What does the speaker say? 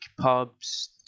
pubs